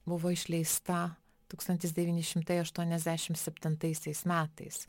buvo išleista tūkstantis devyni šimtai aštuoniasdešim septintaisiais metais